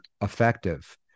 effective